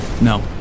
No